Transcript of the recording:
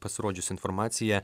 pasirodžiusi informacija